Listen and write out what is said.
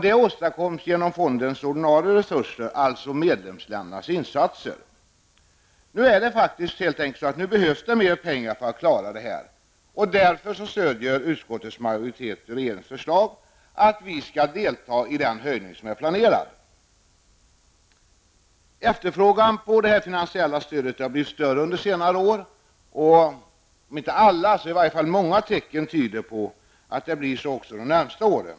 Detta tillgodoses genom fondens ordinarie resurser, dvs. medlemsländernas insatser. Nu behövs det mer pengar för att klara detta, och därför stöder utskottets majoritet regeringens förslag att vi skall delta i den höjning som nu planeras. Efterfrågan på detta finansiella stöd har blivit större under senare år, och många tecken tyder på att det blir så också de närmaste åren.